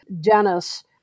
Dennis